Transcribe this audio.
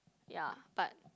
ya but